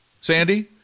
sandy